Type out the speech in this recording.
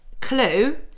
Clue